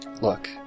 look